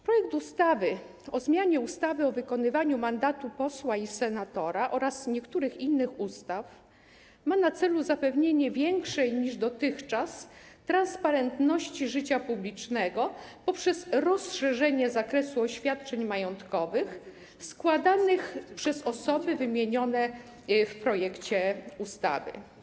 Projekt ustawy o zmianie ustawy o wykonywaniu mandatu posła i senatora oraz niektórych innych ustaw ma na celu zapewnienie większej niż dotychczas transparentności życia publicznego, poprzez rozszerzenie zakresu oświadczeń majątkowych składanych przez osoby wymienione w projekcie ustawy.